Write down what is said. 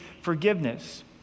forgiveness